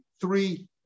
three